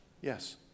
Yes